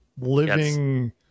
living